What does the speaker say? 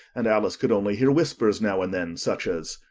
and alice could only hear whispers now and then such as,